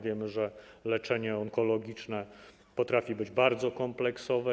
Wiemy, że leczenie onkologiczne potrafi być bardzo kompleksowe.